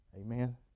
Amen